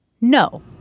no